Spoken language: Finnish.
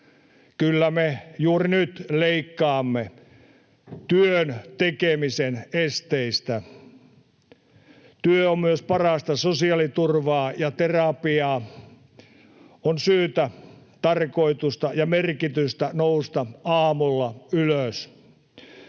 Kyllä me juuri nyt leikkaamme työn tekemisen esteistä. Työ on myös parasta sosiaaliturvaa ja terapiaa. On syytä, tarkoitusta ja merkitystä nousta aamulla ylös.